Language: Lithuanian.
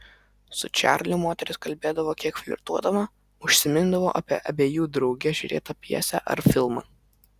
su čarliu moteris kalbėdavo kiek flirtuodama užsimindavo apie abiejų drauge žiūrėtą pjesę ar filmą